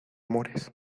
amores